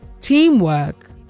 teamwork